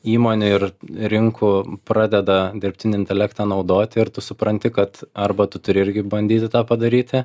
įmonių ir rinkų pradeda dirbtinį intelektą naudoti ir tu supranti kad arba tu turi irgi bandyti tą padaryti